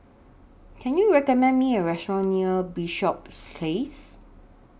Can YOU recommend Me A Restaurant near Bishops Place